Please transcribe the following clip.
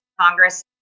Congress